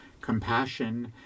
Compassion